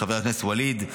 חבר הכנסת ווליד,